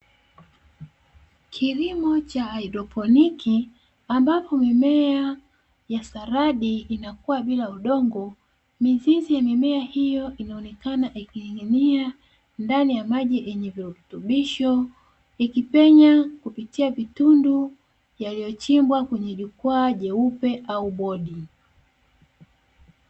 Kilimo cha haidroponi ambapo mimea ya saladi inakua bila udongo, mizizi ya mimea hiyo inaonekana ikining’inia ndani ya maji yenye virutubisho. Ikipenya kupitia vitundu yaliyochimbwa kwenye jukwaa jeupe au bodi.